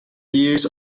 years